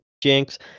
Jinx